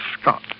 Scott